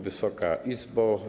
Wysoka Izbo!